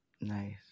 Nice